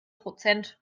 prozent